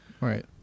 right